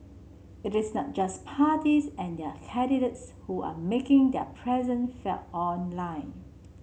it is not just parties and their candidates who are making their felt online